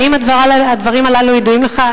האם הדברים הללו ידועים לך?